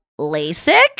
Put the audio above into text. LASIK